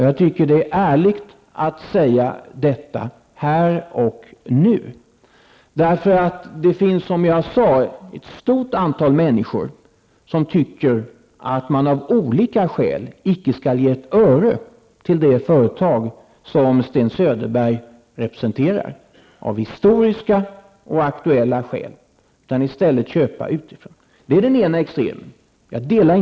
Jag tycker att det är ärligt att säga detta här och nu. Det finns som jag sade ett stort antal människor som tycker att man av olika skäl icke skall ge ett öre till de företag som Sten Söderberg representerar, av historiska och aktuella skäl. Man anser att vi i stället skall köpa utifrån. Det är den ena extremuppfattningen.